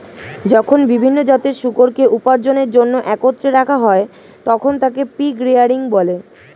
যখন বিভিন্ন জাতের শূকরকে উপার্জনের জন্য একত্রে রাখা হয়, তখন তাকে পিগ রেয়ারিং বলে